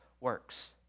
works